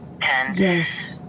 yes